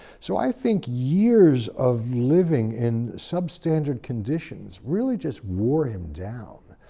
so i think years of living in substandard conditions really just wore him down,